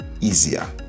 easier